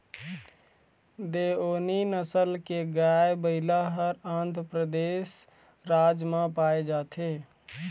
देओनी नसल के गाय, बइला ह आंध्रपरदेस राज म पाए जाथे